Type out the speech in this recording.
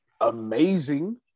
amazing